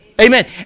Amen